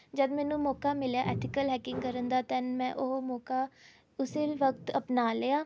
ਜਦ ਮੈਨੂੰ ਮੌਕਾ ਮਿਲਿਆ ਐਥੀਕਲ ਹੈਕਿੰਗ ਕਰਨ ਦਾ ਦੈੱਨ ਮੈਂ ਉਹ ਮੌਕਾ ਉਸੇ ਵਕਤ ਅਪਣਾ ਲਿਆ